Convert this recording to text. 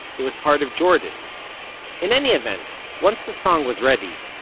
it was part of jordan in any event, once the song was ready,